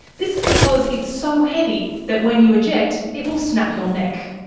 this is because it's so heavy that when you eject it will snap your neck.